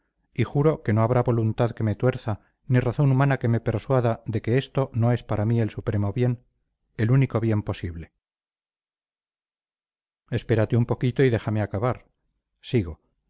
y juro que no habrá voluntad que me tuerza ni razón humana que me persuada de que esto no es para mí el supremo bien el único bien posible espérate un poquito y déjame acabar sigo